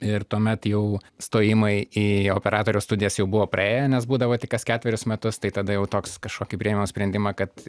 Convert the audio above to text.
ir tuomet jau stojimai į operatoriaus studijas jau buvo praėję nes būdavo tik kas ketverius metus tai tada jau toks kažkokį priėmiau sprendimą kad